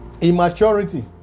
Immaturity